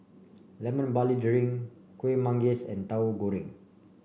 Lemon Barley Drink Kuih Manggis and Tahu Goreng